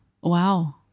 wow